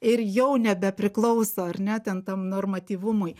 ir jau nebepriklauso ar ne ten tam normatyvumui